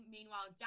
Meanwhile